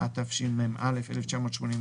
התשמ"א 1981,